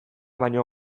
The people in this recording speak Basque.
baino